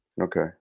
Okay